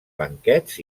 banquets